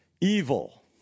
evil